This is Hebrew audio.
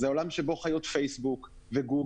זה עולם שבו חיות פייסבוק וגוגל,